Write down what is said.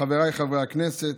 חבריי חברי הכנסת,